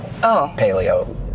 paleo